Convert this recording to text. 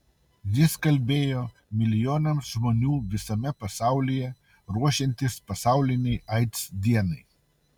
jis kalbėjo milijonams žmonių visame pasaulyje ruošiantis pasaulinei aids dienai